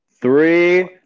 Three